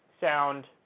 sound